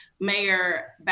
Mayor